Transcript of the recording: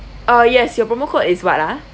uh yes your promo code is what ah